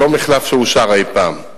זה לא מחלף שאושר אי-פעם.